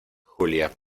julia